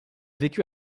vécu